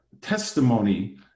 testimony